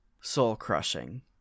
soul-crushing